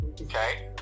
Okay